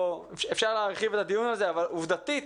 אפשר להרחיב את הדיון הזה, אבל עובדתית,